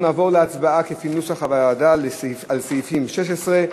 אנחנו נעבור להצבעה על סעיפים 16,